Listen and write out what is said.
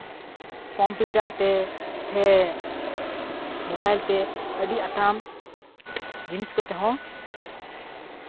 computer ᱛᱮ ᱥᱮ mobile ᱛᱮ ᱟᱹᱰᱤ ᱟᱛᱷᱟᱢ ᱡᱤᱱᱤᱥ ᱠᱚᱛᱮ ᱦᱚᱸ